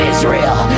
Israel